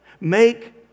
Make